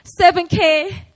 7k